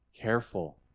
careful